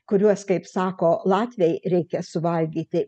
kuriuos kaip sako latviai reikia suvalgyti